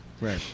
Right